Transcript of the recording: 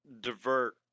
Divert